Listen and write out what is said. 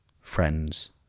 friends